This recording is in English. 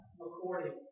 according